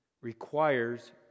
requires